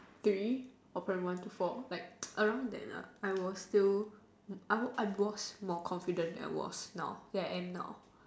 three or primary one to four like round there lah I was still I I was more confident than I was now than I am now